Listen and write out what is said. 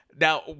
now